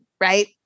right